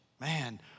Man